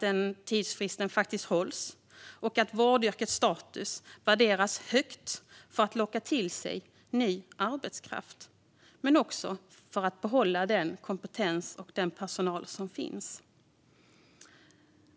Det är också viktigt att vårdyrkets status är hög, så att vården både kan locka ny arbetskraft och behålla den kompetens och den personal som finns.